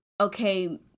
okay